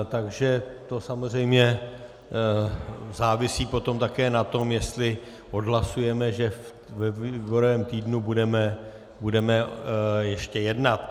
Takže to samozřejmě závisí také na tom, jestli odhlasujeme, že ve výborovém týdnu budeme ještě jednat.